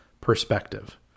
perspective